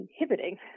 inhibiting